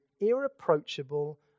irreproachable